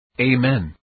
Amen